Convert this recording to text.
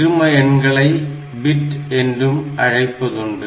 இரும எண்களை பிட் என்றும் அழைப்பதுண்டு